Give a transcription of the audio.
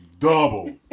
Double